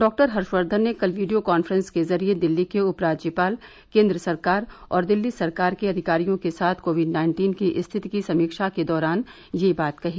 डॉ हर्षवर्धन ने कल वीडियो काफ्रेंस के जरिए दिल्ली के उपराज्यपाल केन्द्र सरकार और दिल्ली सरकार के अधिकारियों के साथ कोविड नाइन्टीन की स्थिति की समीक्षा के दौरान यह बात कही